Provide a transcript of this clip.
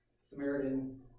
samaritan